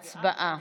הצבעה,